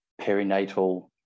Perinatal